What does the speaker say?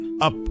up